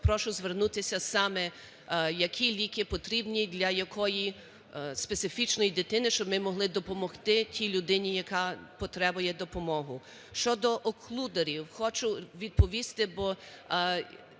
Прошу звернутися саме які ліки потрібні для якої специфічної дитини, щоб ми могли допомогти тій людині, яка потрібує допомоги. Щодооклюдерів хочу відповісти, бо